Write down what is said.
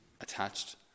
attached